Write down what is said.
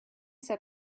set